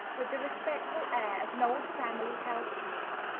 with the respectful air of an old family housekeeper,